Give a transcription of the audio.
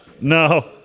No